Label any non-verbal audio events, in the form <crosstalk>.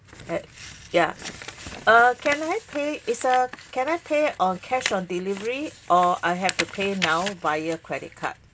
<noise> ya uh can I pay is a can I pay pay cash on delivery or I have to pay now via credit card